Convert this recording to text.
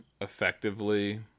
effectively